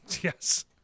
Yes